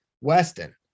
Weston